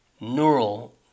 neural